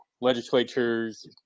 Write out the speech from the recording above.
legislatures